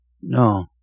No